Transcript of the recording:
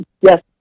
Yes